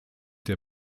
der